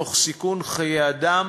תוך סיכון חיי אדם